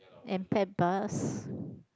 and pay bus